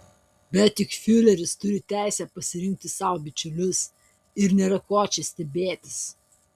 bet juk fiureris turi teisę pasirinkti sau bičiulius ir nėra ko čia stebėtis